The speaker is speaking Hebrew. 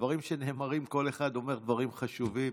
הדברים שנאמרים, כל אחד אומר דברים חשובים.